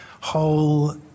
whole